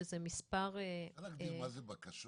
שזה מספר -- אפשר להבין מה זה "בקשות"?